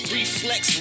Reflex